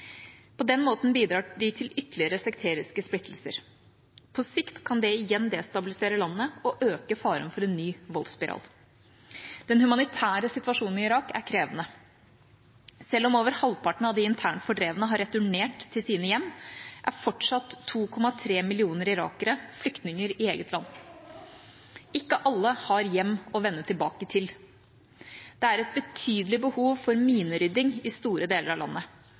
På den måten bidrar de til ytterligere sekteriske splittelser. På sikt kan det igjen destabilisere landet og øke faren for en ny voldsspiral. Den humanitære situasjonen i Irak er krevende. Selv om over halvparten av de internt fordrevne har returnert til sine hjem, er fortsatt 2,3 millioner irakere flyktninger i eget land. Ikke alle har hjem å vende tilbake til. Det er et betydelig behov for minerydding i store deler av landet.